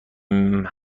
مثل